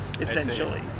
essentially